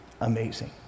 amazing